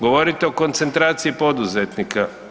Govorite o koncentraciji poduzetnika.